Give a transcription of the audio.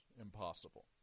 impossible